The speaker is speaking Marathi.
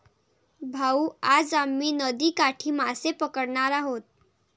भाऊ, आज आम्ही नदीकाठी मासे पकडणार आहोत